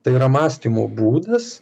tai yra mąstymo būdas